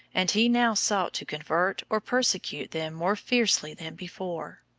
and he now sought to convert or persecute them more fiercely than before.